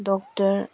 doctor